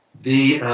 the.